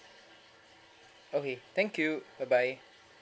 okay thank you bye bye